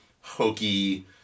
hokey